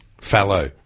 Fallow